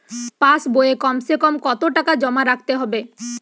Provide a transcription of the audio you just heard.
পাশ বইয়ে কমসেকম কত টাকা জমা রাখতে হবে?